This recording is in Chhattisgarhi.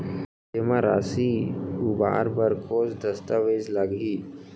जेमा राशि उबार बर कोस दस्तावेज़ लागही?